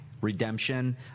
redemption